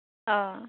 অঁ